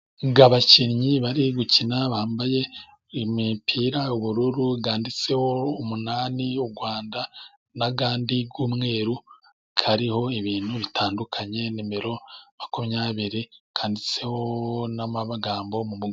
Abakinnyi bari gukina bambaye imipira y'ubururu yanditseho umunani'l Rwanda, nandi y'umweru ariho ibintu bitandukanye nimero makumyabiri kanditseho n'amagambo mu mugongo.